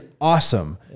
awesome